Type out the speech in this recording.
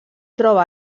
troba